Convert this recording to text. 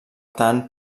tant